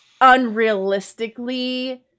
unrealistically